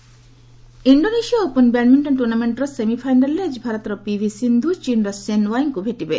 badminton Indonesia open badminton ଟୁର୍ଣ୍ଣାମେଣ୍ଟର ସେମିଫାଇନାଲ୍ରେ ଆକି ଭାରତର ପିଭି ସିନ୍ଧୁ ଚୀନ୍ର ଚେନ୍ ୱାଇଙ୍କୁ ଭେଟିବେ